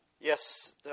Yes